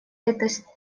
этой